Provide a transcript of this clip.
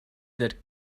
that